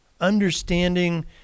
Understanding